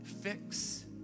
fix